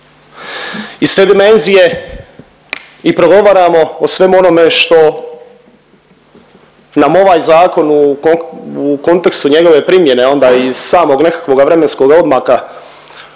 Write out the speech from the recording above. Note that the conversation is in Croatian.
Iz te dimenzije i progovaramo o svemu onome što nam ovaj zakon u kontekstu njegove primjene, a onda i samog nekakvoga vremenskoga odmaka,